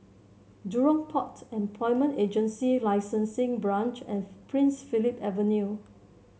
Jurong Port Employment Agency Licensing Branch and Prince Philip Avenue